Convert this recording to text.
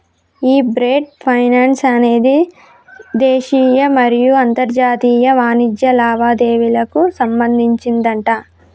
ఈ trade finance అనేది దేశీయ మరియు అంతర్జాతీయ వాణిజ్య లావాదేవీలకు సంబంధించిందట